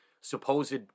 supposed